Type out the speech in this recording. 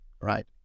right